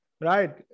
right